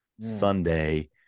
Sunday